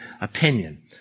opinion